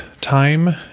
time